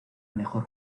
mejor